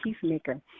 peacemaker